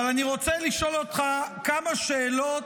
אבל אני רוצה לשאול אותך כמה שאלות,